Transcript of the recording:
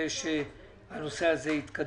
נבקש שהנושא הזה יתקדם.